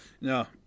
No